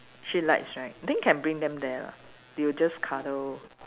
she likes right then you can bring them there lah you just cuddle